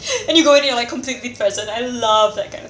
and you go in you're like completely present I love that kind of